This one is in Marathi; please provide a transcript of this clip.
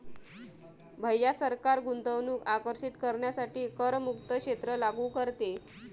भैया सरकार गुंतवणूक आकर्षित करण्यासाठी करमुक्त क्षेत्र लागू करते